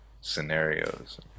scenarios